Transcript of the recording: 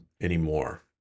anymore